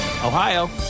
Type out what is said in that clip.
Ohio